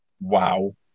wow